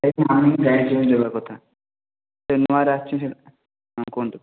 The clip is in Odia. କଥା ସେ ନୂଆରେ ଆସିଛି ସେ ତ ହଁ କୁହନ୍ତୁ